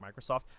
Microsoft